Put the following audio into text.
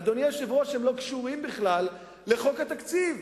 אדוני היושב-ראש, הם בכלל לא קשורים לחוק התקציב.